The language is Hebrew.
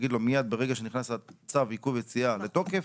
להגיד לו מיד ברגע שנכנס צו עיכוב היציאה לתוקף,